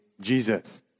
Jesus